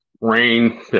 rain